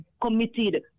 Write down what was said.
committed